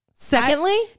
Secondly